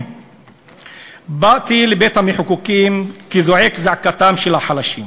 באתי לבית-המחוקקים כזועק זעקתם של החלשים